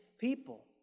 people